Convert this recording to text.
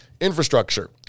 infrastructure